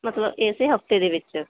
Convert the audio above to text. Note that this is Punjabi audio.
ਮਤਲਬ ਇਸੇ ਹਫਤੇ ਦੇ ਵਿੱਚ